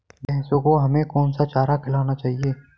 भैंसों को हमें कौन सा चारा खिलाना चाहिए?